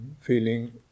feeling